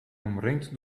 omringd